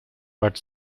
but